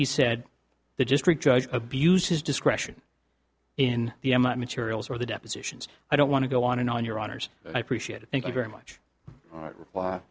he said the district judge abused his discretion in the materials or the depositions i don't want to go on and on your honors i appreciate it thank you very much